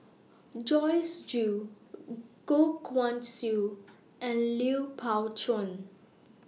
Joyce Jue Goh Guan Siew and Lui Pao Chuen